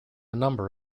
number